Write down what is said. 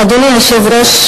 אדוני היושב-ראש,